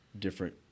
different